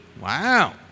Wow